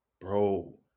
bro